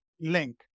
link